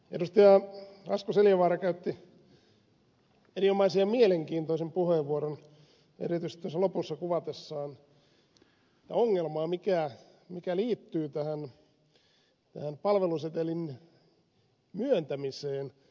asko seljavaara käytti erinomaisen ja mielenkiintoisen puheenvuoron jossa hän erityisesti tuossa lopussa kuvasi ongelmaa mikä liittyy tähän palvelusetelin myöntämiseen